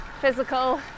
physical